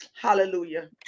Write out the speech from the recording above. hallelujah